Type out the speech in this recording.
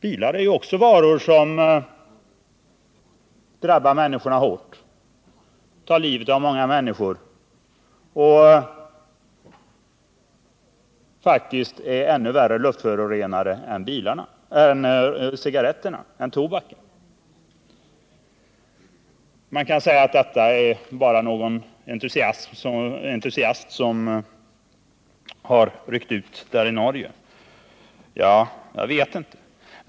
Bilar är också varor som drabbar människorna hårt: De tar livet av många och är faktiskt ännu värre luftförorenare än tobaken. Man kan invända att det bara är någon fanatiker som tagit upp detta i Norge. Jag vet inte.